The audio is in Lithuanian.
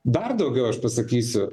dar daugiau aš pasakysiu